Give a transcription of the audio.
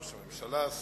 ראש הממשלה,